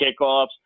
kickoffs